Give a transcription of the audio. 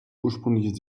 ursprüngliche